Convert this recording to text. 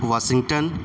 Washington